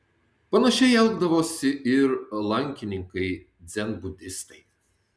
panašiai elgdavosi ir lankininkai dzenbudistai